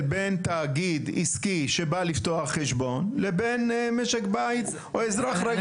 בין תאגיד עסקי שבא לפתוח חשבון לבין משק בית או אזרח רגיל?